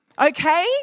Okay